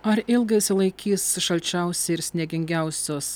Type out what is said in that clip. ar ilgai išsilaikys šalčiausi ir sniegingiausios